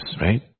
right